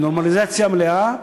ונורמליזציה מלאה,